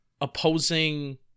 opposing